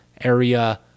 area